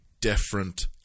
different